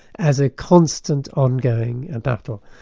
as a constant ongoing battle.